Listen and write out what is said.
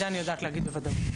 את זה אני יודעת להגיד בוודאות.